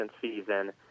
season